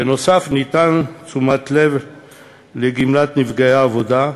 בנוסף, ניתנה תשומת-לב לגמלת נפגעי עבודה,